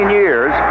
years